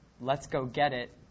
let's-go-get-it